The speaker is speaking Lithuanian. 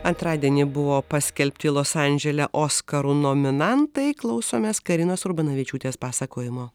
antradienį buvo paskelbti los andžele oskarų nominantai klausomės karinos urbanavičiūtės pasakojimo